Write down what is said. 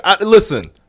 listen